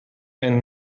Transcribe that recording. and